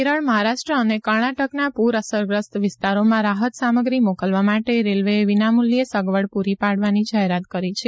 કેરળ મહારાષ્ટ્ર અને કર્ણાટકના પુર અસરગ્રસ્ત વિસ્તારોમાં રાહત સામગ્રી મોકલવા માટે રેલવેએ વિના મુલ્યે સગવડ પુરી પાડવાની જાહેરાત કરી છે